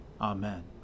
Amen